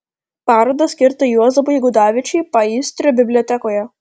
paroda skirta juozapui gudavičiui paįstrio bibliotekoje